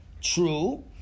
True